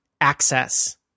access